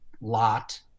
lot